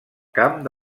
camp